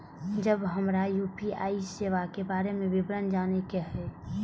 जब हमरा यू.पी.आई सेवा के बारे में विवरण जाने के हाय?